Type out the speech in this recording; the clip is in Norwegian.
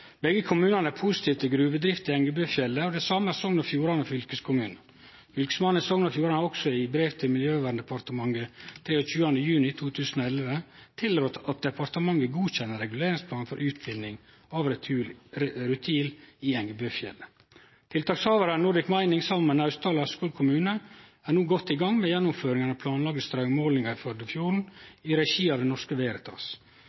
Engebøfjellet, og det same er Sogn og Fjordane fylkeskommune. Fylkesmannen i Sogn og Fjordane har også i brev til Miljøverndepartementet 23. juni 2011 tilrådd at departementet godkjenner reguleringsplanen for utvinning av rutil i Engebøfjellet. Tiltakshavar er Nordic Mining, som saman med Naustdal og Askvoll kommunar no er godt i gang med gjennomføring av den pålagde straummålinga i